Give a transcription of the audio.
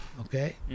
okay